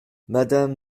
madame